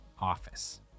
office